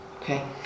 Okay